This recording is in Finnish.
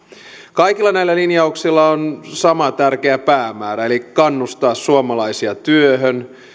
kaikilla näillä linjauksilla on sama tärkeä päämäärä eli kannustaa suomalaisia työhön